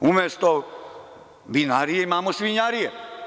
Umesto vinarije, imamo svinjarije.